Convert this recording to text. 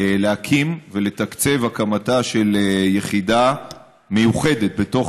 להקים ולתקצב את הקמתה של יחידה מיוחדת בתוך